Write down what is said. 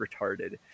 retarded